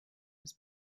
his